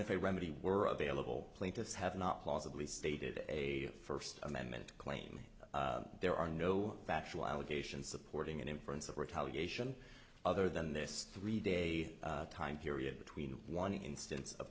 if a remedy were available plaintiffs have not plausibly stated a first amendment claim there are no factual allegations supporting an inference of retaliation other than this three day time period between one instance of